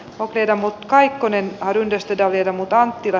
okei mut kaikkonen yhdestä ja viedä mutta hyvä